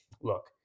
look